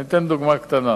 אני אתן דוגמה קטנה: